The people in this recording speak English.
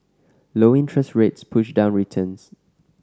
low interest rates push down returns